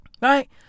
Right